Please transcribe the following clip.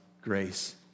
grace